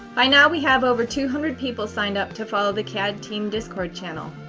by now we have over two hundred people signed up to follow the cad team discord channel.